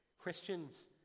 Christians